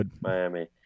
Miami